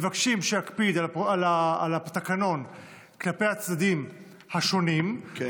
מבקשים שאקפיד על התקנון כלפי הצדדים השונים, כן.